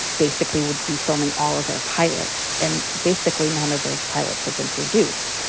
basically would be filming all of their pilots, and basically, none of those pilots have been produced.